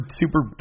super